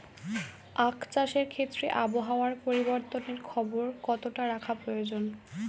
আখ চাষের ক্ষেত্রে আবহাওয়ার পরিবর্তনের খবর কতটা রাখা প্রয়োজন?